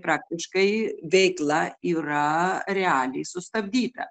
praktiškai veikla yra realiai sustabdyta